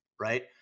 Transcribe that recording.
right